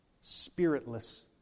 spiritless